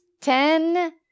Ten